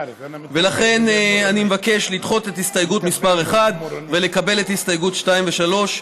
לכן אני מבקש לדחות את הסתייגות מס' 1 ולקבל את הסתייגויות מס' 2 ו-3.